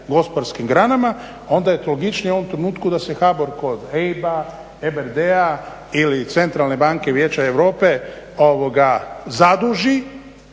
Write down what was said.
gospodarskim granama onda je logičnije u ovom trenutku da se HBOR kod EIB-a, EBRD-a ili Centralne banke Vijeća Europe zaduži